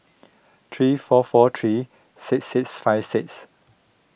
three four four three six six five six